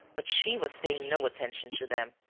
but she was paying no attention to them.